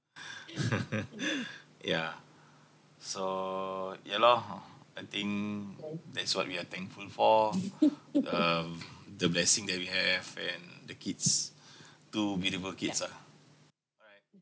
yeah so ya loh I think that's what we are thankful for um the blessing that we have and the kids two beautiful kids lah all right